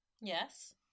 Yes